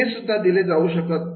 हेसुद्धा दिले जाऊ शकत